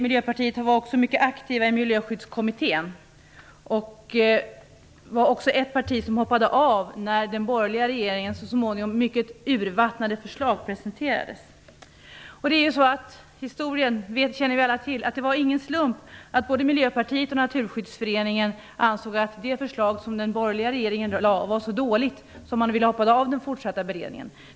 Miljöpartiet var också mycket aktivt i Miljöskyddskommittén och hoppade av när den borgerliga regeringens så småningom mycket urvattnade förslag presenterades. Det var ingen slump att både Miljöpartiet och Naturskyddsföreningen ansåg att det förslag som den borgerliga regeringen lade fram var så dåligt att vi hoppade av den fortsatta beredningen.